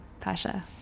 Pasha